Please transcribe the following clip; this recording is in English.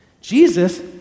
Jesus